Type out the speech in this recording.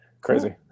crazy